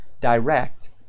direct